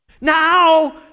Now